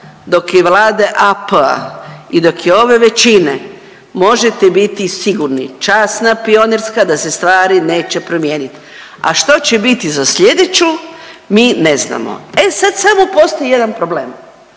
dok je Vlade AP-a i dok je ove većine možete biti sigurni časna pionirska da se stvari neće promijenit, a što će biti za slijedeću mi ne znamo. E sad samo postoji jedan problem.